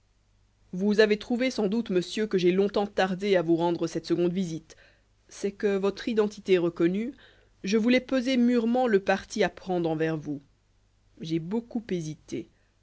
vous avez trouvé sans doute monsieur que j'ai longtemps tardé à vous rendre cette seconde visite c'est que votre identité reconnue je voulais peser mûrement le parti à prendre envers vous j'ai beaucoup hésité